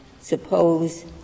Suppose